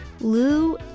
Lou